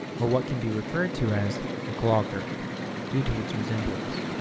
or what can be referred to as a claw curve due to its resemblance.